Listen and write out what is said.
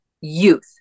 youth